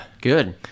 Good